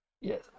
Yes